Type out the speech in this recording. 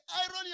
irony